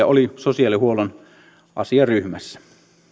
oli sosiaalihuollon asiaryhmässä